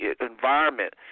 environment